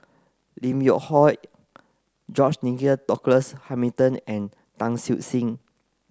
Lim Yew Hock George Nigel Douglas Hamilton and Tan Siew Sin